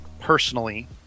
personally